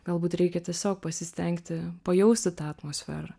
galbūt reikia tiesiog pasistengti pajausti tą atmosferą